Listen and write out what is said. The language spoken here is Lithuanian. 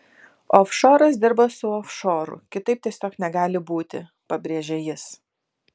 ofšoras dirba su ofšoru kitaip tiesiog negali būti pabrėžė jis